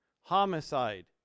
homicide